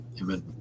Amen